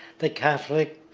the catholic,